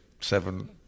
seven